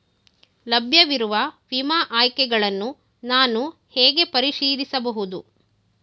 ಲಭ್ಯವಿರುವ ವಿಮಾ ಆಯ್ಕೆಗಳನ್ನು ನಾನು ಹೇಗೆ ಪರಿಶೀಲಿಸಬಹುದು?